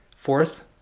Fourth